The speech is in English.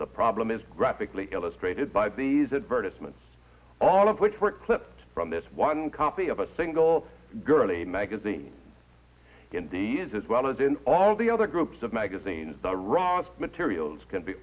the problem is graphically illustrated by these advertisement all of which were clipped from this one copy of a single girlie magazines in the years as well as in all the other groups of magazines the raw materials can be